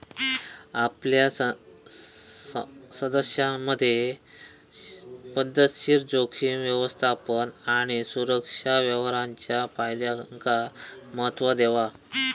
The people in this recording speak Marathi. आपल्या सदस्यांमधे पध्दतशीर जोखीम व्यवस्थापन आणि सुरक्षित व्यवहाराच्या फायद्यांका महत्त्व देवा